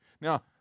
Now